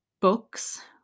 books